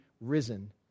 Risen